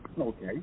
Okay